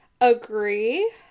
agree